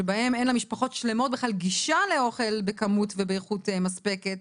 שבהם אין למשפחות שלמות בכלל גישה לאוכל בכמות ובאיכות מספקת,